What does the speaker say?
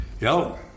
Yo